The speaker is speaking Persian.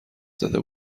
زده